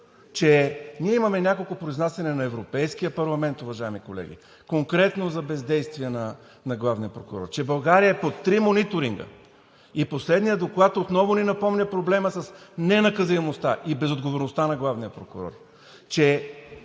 че ние имаме няколко произнасяния на Европейския парламент, уважаеми колеги, конкретно за бездействия на главния прокурор, че България е под три мониторинга и последният доклад отново ни напомня проблема с ненаказуемостта и безотговорността на главния прокурор.